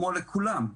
כמו לכולם.